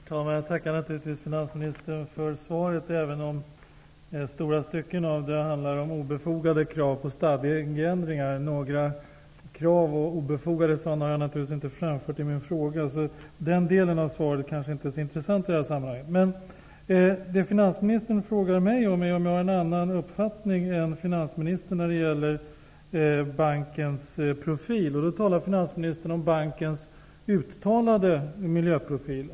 Herr talman! Jag tackar naturligtvis finansministern för svaret, även om det i stora stycken handlade om obefogade krav på stadgeändringar. Några krav, obefogade eller ej, har jag inte framfört i min fråga. Den delen av svaret är kanske inte så intressant i det här sammanhanget. Finansministern frågar mig om jag har en annan uppfattning än finansministern när det gäller bankens profil. Finansministern talar då om bankens uttalade miljöprofil.